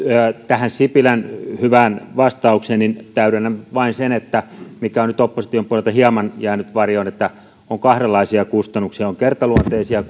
tähän sipilän hyvään vastaukseen täydennän vain sen mikä on nyt opposition puolelta hieman jäänyt varjoon että on kahdenlaisia kustannuksia on kertaluonteisia